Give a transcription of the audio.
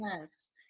Yes